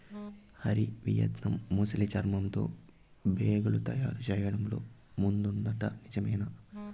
Hari, Vietnam ముసలి చర్మంతో బేగులు తయారు చేయడంతో ముందుందట నిజమేనా